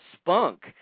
spunk